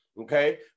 Okay